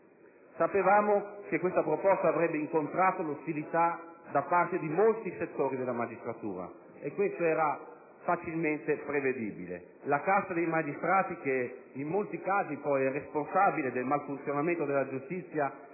Sapevamo che questa proposta avrebbe incontrato l'ostilità da parte di molti settori della magistratura, e questo era facilmente prevedibile. La casta dei magistrati, che poi in molti casi è responsabile del malfunzionamento della giustizia,